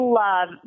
love